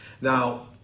Now